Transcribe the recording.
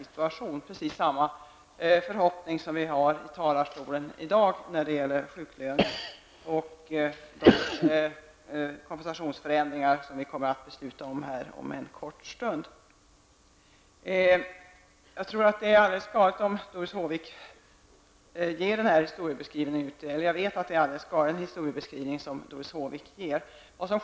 Samma förhoppningar har vi i dag inför införandet av sjuklön och de kompensationsförändringar som vi om en kort stund skall fatta beslut om. Jag vet att det är en helt galen historieskrivning som Doris Håvik här ger.